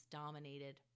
dominated